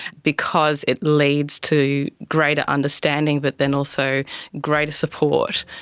because it leads to greater understanding but then also greater support.